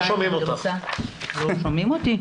דבר שני,